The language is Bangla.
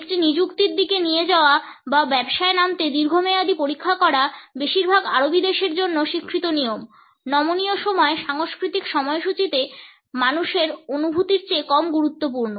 একটি নিযুক্তির দিকে নিয়ে যাওয়া বা ব্যবসায় নামতে দীর্ঘমেয়াদী পরীক্ষা করা বেশিরভাগ আরবি দেশের জন্য স্বীকৃত নিয়ম নমনীয় সময় সাংস্কৃতিক সময়সূচীতে মানুষের অনুভূতির চেয়ে কম গুরুত্বপূর্ণ